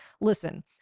Listen